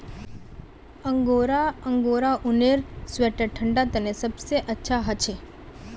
angora angora ऊनेर sweater ठंडा तने सबसे अच्छा हछे